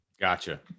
Gotcha